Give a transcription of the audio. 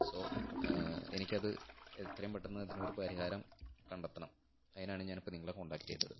so എനിക്ക് അത് എത്രയും പെട്ടെന്ന് അതിന് ഒരു പരിഹാരം കണ്ടെത്തണം അതിനാണ് ഞാൻ ഇപ്പം നിങ്ങളെ കോൺടാക്ട് ചെയ്തത്